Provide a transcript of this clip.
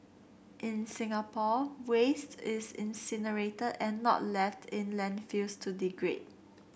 in Singapore waste is incinerated and not left in landfills to degrade